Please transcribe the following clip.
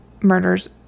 murders